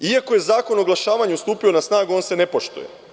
Iako je Zakon o oglašavanju stupio na snagu, on se ne poštuje.